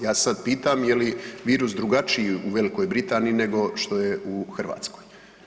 Ja sad pitam je li virus drugačiji u Velikoj Britaniji nego što je je u Hrvatskoj?